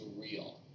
real